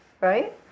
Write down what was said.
right